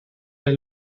las